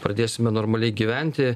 pradėsime normaliai gyventi